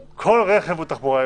כל רכב הוא תחבורה יבשתית.